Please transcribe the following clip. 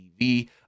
TV